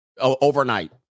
overnight